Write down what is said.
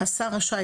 השר רשאי,